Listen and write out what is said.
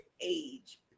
age